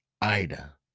Ida